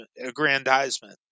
aggrandizement